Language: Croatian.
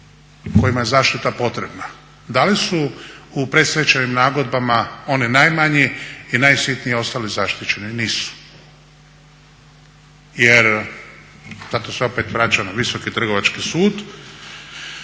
kojima je zaštita potrebna. Da li su u predstečajnim nagodbama oni najmanji i najsitniji ostali zaštićeni? Nisu. Jer zato se opet vraćam na Visoki trgovački sud.